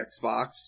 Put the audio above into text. Xbox